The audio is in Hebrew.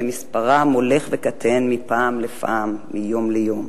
ומספרם הולך וקטן מיום ליום.